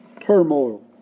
turmoil